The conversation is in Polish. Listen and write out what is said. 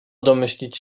domyślić